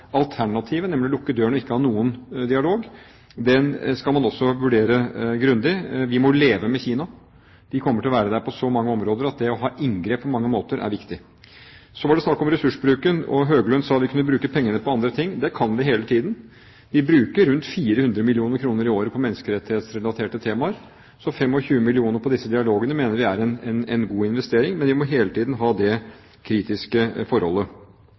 alternativet, nemlig å lukke døren og ikke ha noen dialog, skal man også vurdere grundig. Vi må leve med Kina, de kommer til å være der på så mange områder at det å ha inngrep på mange måter er viktig. Så var det snakk om ressursbruken, og Høglund sa vi kunne bruke pengene på andre ting. Det kan vi hele tiden. Vi bruker rundt 400 mill. kr i året på menneskerettighetsrelaterte temaer, så 25 mill. kr på disse dialogene mener vi er en god investering, men vi må hele tiden ha det kritiske